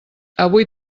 avui